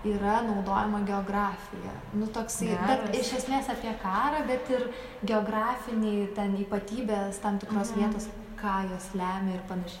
yra naudojama geografija nu toksai bet iš esmės apie karą bet ir geografinį ten ypatybes tam tikros vietos ką jos lemia ir panašiai